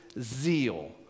zeal